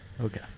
Okay